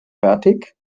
fertig